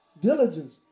diligence